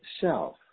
self